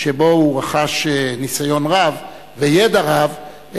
שבהן הוא רכש ניסיון רב וידע רב,